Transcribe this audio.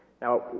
Now